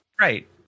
Right